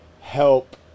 help